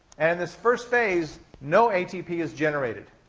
and this first phase, no atp is generated.